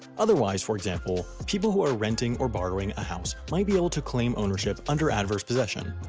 otherwise, for example, people who are renting or borrowing a house might be able to claim ownership under adverse possession.